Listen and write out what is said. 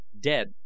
dead